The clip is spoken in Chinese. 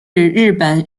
日本